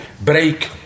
break